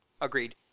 Agreed